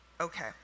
okay